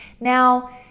Now